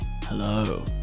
hello